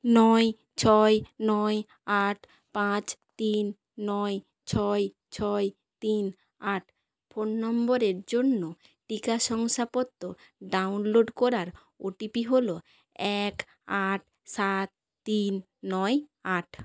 নয় ছয় নয় আট পাঁচ তিন নয় ছয় ছয় তিন আট ফোন নম্বরের জন্য টিকা শংসাপত্র ডাউনলোড করার ওটিপি হল এক আট সাত তিন নয় আট